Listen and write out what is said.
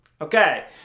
Okay